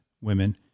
women